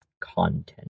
Content